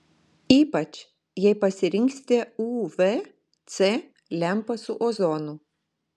ypač jei pasirinksite uv c lempą su ozonu